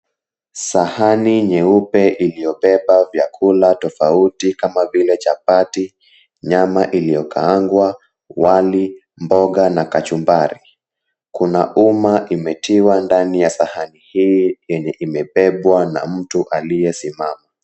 Sahani nyeupe iliyobeba vyakula tofauti kama vile chapati, nyama iliyokaangwa, wali, mboga na kachumbari. Kuna uma imetiwa ndani ya sahani hii yenye imebebwa na mtu aliyesimama.